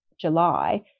july